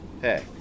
Hey